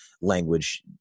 language